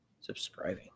subscribing